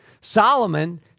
Solomon